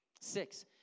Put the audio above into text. Six